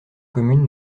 commune